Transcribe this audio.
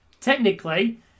Technically